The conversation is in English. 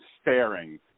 staring